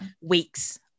weeks